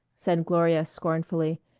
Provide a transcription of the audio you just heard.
said gloria scornfully,